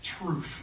Truth